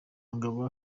mugabo